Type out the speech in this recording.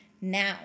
Now